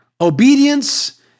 Obedience